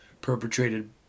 perpetrated